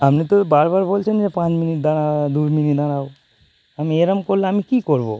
আপনি তো বারবার বলছেন যে পাঁচ মিনিট দাঁড়া দুই মিনিট দাঁড়াও আমি এরকম করলে আমি কী করব